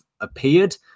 appeared